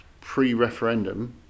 pre-referendum